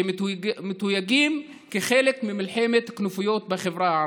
שמתויגים כחלק ממלחמת כנופיות בחברה הערבית,